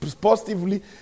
Positively